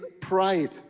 pride